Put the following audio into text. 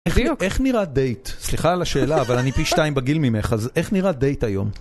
איך נראה דייט? סליחה על השאלה, אבל אני פי שתיים בגיל ממך, אז איך נראה דייט היום?